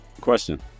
question